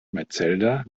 metzelder